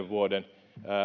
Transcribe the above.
vuoden